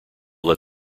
let